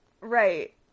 Right